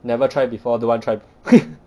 never try before don't want try